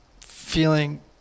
feeling